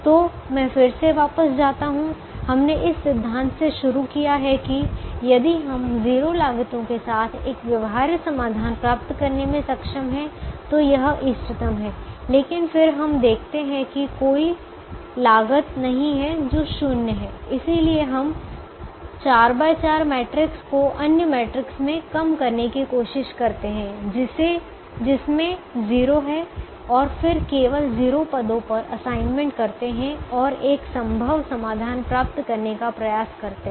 तो मैं फिर से वापस जाता हूं हमने इस सिद्धांत से शुरू किया हैं कि यदि हम 0 लागतों के साथ एक व्यवहार्य समाधान प्राप्त करने में सक्षम हैं तो यह इष्टतम है लेकिन फिर हम देखते हैं कि कोई लागत नहीं है जो 0 है इसलिए हम 4 x 4 मैट्रिक्स को अन्य मैट्रिक्स में कम करने की कोशिश करते हैं जिसमें 0 हैं और फिर केवल 0 पदों पर असाइनमेंट करते हैं और एक संभव समाधान प्राप्त करने का प्रयास करते हैं